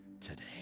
today